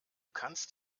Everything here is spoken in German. kannst